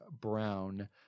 brown